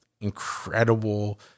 incredible